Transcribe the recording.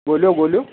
ॻोल्हियो ॻोल्हियो